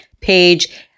page